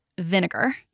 vinegar